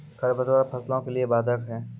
खडपतवार फसलों के लिए बाधक हैं?